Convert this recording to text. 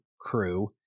crew